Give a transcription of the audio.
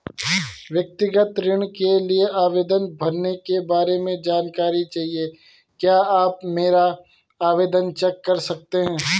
व्यक्तिगत ऋण के लिए आवेदन भरने के बारे में जानकारी चाहिए क्या आप मेरा आवेदन चेक कर सकते हैं?